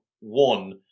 one